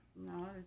No